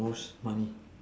most money